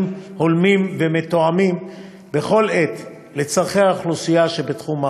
הולמים ומותאמים בכל עת לצורכי האוכלוסייה שבתחום אחריותו.